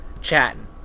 chatting